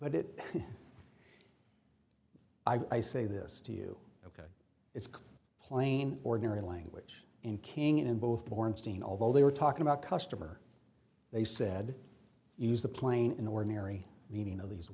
but it i say this to you ok it's plain ordinary language in king in both bornstein although they were talking about customer they said use the plane in ordinary meaning of these